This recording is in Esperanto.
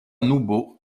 nubo